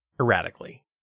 erratically